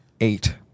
Eight